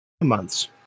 Months